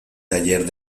taller